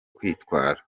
kwitwara